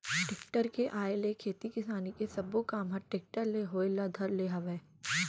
tractor के आए ले खेती किसानी के सबो काम ह टेक्टरे ले होय ल धर ले हवय